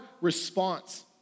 response